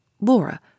Laura